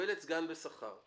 מקבלת סגן בשכר.